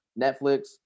Netflix